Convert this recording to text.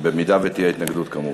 אם תהיה התנגדות, כמובן.